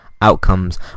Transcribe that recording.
outcomes